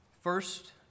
first